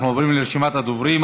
אנחנו עוברים לרשימת הדוברים.